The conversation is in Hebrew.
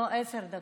לא, עשר דקות.